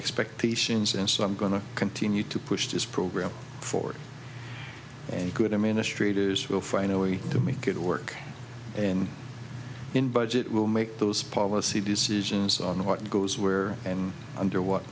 expectations and so i'm going to continue to push this program forward and good i mean this traders will find a way to make it work and in budget will make those policy decisions on what goes where and under what